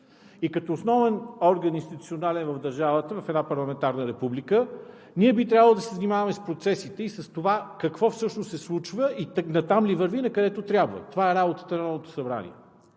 И като основен институционален орган в държавата, в една парламентарна република, ние би трябвало да се занимаваме с процесите и с това какво всъщност се случва и натам ли върви, накъдето трябва. Това е работата на Народното събрание.